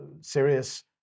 serious